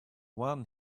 one